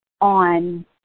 on